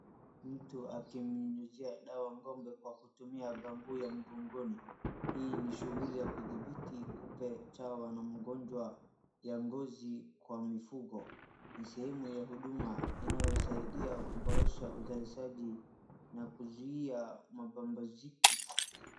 Mtu akimnyunyizia dawa gombe kwa kutumia bambuu ya mgongoni, hii ni shughuli ya kudhibiti kupe ,chawa na magonjwa ya ngozi kwa mifugo. Ni sehemu ya huduma inayosaidia kuboresha uzalishaji na kuzuia mabambaziki.